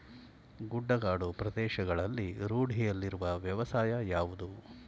ಗುಡ್ಡಗಾಡು ಪ್ರದೇಶಗಳಲ್ಲಿ ರೂಢಿಯಲ್ಲಿರುವ ವ್ಯವಸಾಯ ಯಾವುದು?